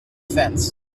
fence